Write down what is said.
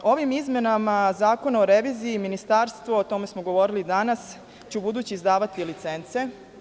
Ovim izmenama zakona o reviziji Ministarstvo, o tome smo govorili danas, će ubuduće izdavati licence.